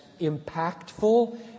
impactful